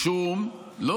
משום, לשם שינוי.